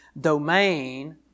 domain